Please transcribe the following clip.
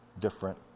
different